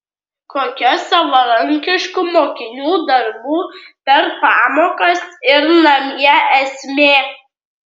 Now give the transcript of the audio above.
kokia savarankiškų mokinių darbų per pamokas ir namie esmė